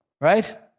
Right